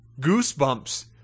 goosebumps